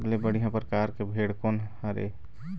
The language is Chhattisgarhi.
सबले बढ़िया परकार के भेड़ कोन हर ये?